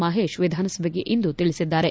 ಮಹೇಶ್ ವಿಧಾನಸಭೆಗೆ ಇಂದು ತಿಳಿಸಿದ್ದಾರೆ